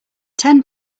ten